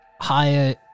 higher-